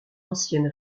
ancienne